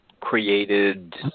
created